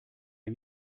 der